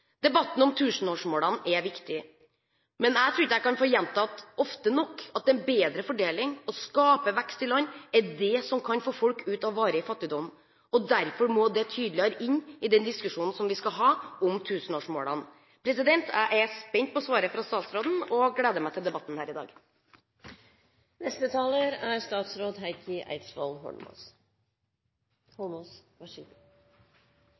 Debatten om tusenårsmålene er viktig, men jeg tror ikke jeg kan få gjentatt ofte nok at en bedre fordeling og å skape vekst i land er det som kan få folk ut av varig fattigdom, og derfor må det tydeligere inn i den diskusjonen vi skal ha om tusenårsmålene. Jeg er spent på svaret fra statsråden og gleder meg til debatten her i dag. Jeg takker for muligheten til å ta denne debatten – jeg skal være så